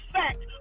fact